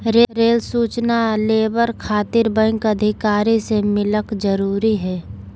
Rail सूचना labour खातिर bank अधिकारी से मिलक जरूरी है?